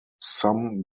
some